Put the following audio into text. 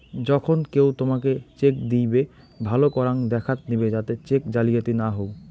যখন কেও তোমকে চেক দিইবে, ভালো করাং দেখাত নিবে যাতে চেক জালিয়াতি না হউ